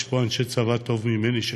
יש פה אנשי צבא טובים, אלה יגידו.